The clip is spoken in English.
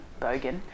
Bogan